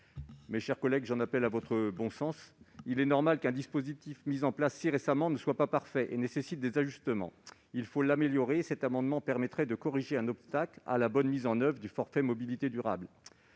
Mes chers collègues, j'en appelle à votre bon sens : il est normal qu'un dispositif mis en place si récemment ne soit pas parfait et nécessite des ajustements. Il faut l'améliorer ! L'adoption de cet amendement permettrait de corriger un obstacle à la bonne mise en oeuvre du forfait mobilités durables,